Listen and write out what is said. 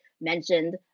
mentioned